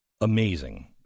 amazing